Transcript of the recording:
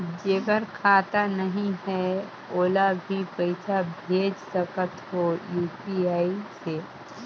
जेकर खाता नहीं है ओला भी पइसा भेज सकत हो यू.पी.आई से?